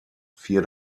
vier